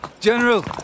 General